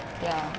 ya